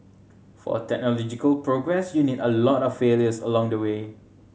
for technological progress you need a lot of failures along the way